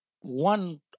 one